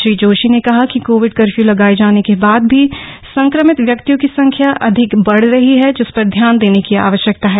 श्री जोशीने कहा कि कोविड कर्फ्यू लगाए जाने के बाद भी संक्रमित व्यक्तियों की संख्या अधिक बढ रही है जिस पर ध्यान देने की आवश्यकता है